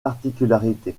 particularité